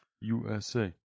USA